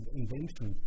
invention